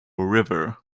river